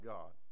God